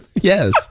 Yes